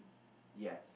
ya